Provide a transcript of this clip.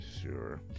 Sure